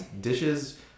dishes